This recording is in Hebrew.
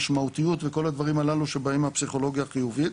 משמעותיות וכל הדברים הללו שבאים מהפסיכולוגיה החיובית.